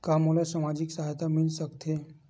का मोला सामाजिक सहायता मिल सकथे?